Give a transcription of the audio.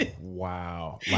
Wow